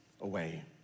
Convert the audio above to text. away